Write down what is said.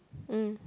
mm